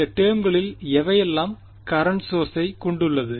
இந்த டெர்ம்களில் எவையெல்லாம் கரண்ட் சோர்ஸை கொண்டுள்ளது